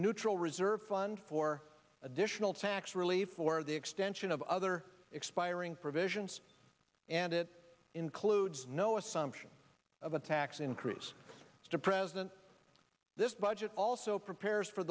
neutral reserve fund for additional tax relief for the extension of other expiring provisions and it includes no assumption of a tax increase to present this budget also prepares for